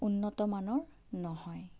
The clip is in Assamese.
উন্নত মানৰ নহয়